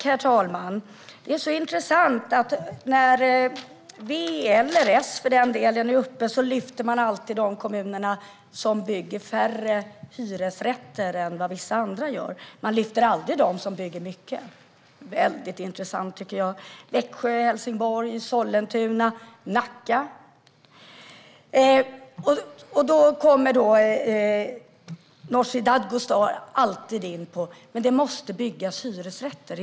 Herr talman! Det är intressant att när vi eller för den delen S är uppe i debatten lyfter man alltid fram de kommuner som bygger färre hyresrätter än vad vissa andra gör. Man lyfter aldrig fram dem som bygger mycket. Det är väldigt intressant. Det är Växjö, Helsingborg, Sollentuna och Nacka. Nooshi Dadgostar kommer alltid in på: Det måste byggas hyresrätter.